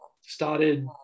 started